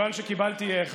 כיוון שקיבלתי,